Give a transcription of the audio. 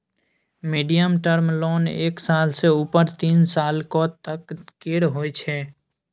medium term loan एक साल सँ उपर तीन सालक तक केर होइ छै